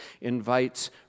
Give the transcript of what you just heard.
invites